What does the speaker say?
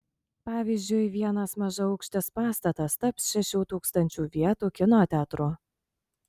pavyzdžiui vienas mažaaukštis pastatas taps šešių tūkstančių vietų kino teatru